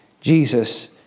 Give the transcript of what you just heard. Jesus